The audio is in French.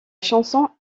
chanson